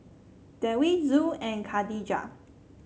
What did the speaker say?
Dewi Zul and Khadija